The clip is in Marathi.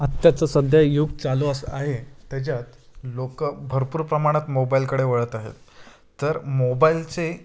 आत्ताचं सध्या युग चालू असं आहे त्याच्यात लोकं भरपूर प्रमाणात मोबाईलकडे वळत आहेत तर मोबाईलचे